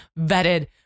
vetted